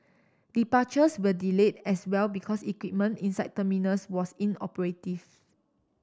departures were delayed as well because equipment inside terminals was inoperative